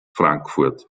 frankfurt